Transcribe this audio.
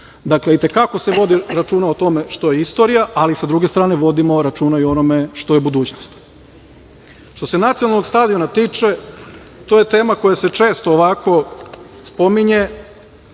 i te kako se vodi računa o tome što je istorija, ali, s druge strane, vodimo računa i onome što je budućnost. Što se Nacionalnog stadiona tiče, to je tema koja se često ovako spominje